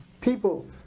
People